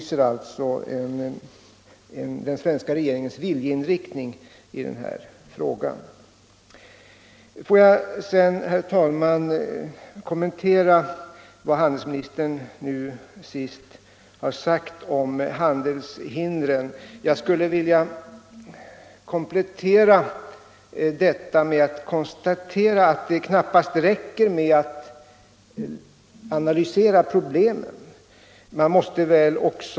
Sedan, herr talman, vill jag kommentera vad handelsministern senast sade om handelshindren. Jag skulle vilja komplettera med att konstatera att det knappast räcker med att analysera problemen.